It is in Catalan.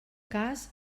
cas